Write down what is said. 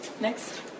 Next